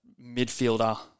midfielder